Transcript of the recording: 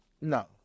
no